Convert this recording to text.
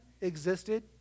existed